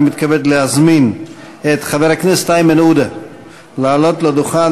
אני מתכבד להזמין את חבר הכנסת איימן עודה לעלות לדוכן